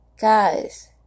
guys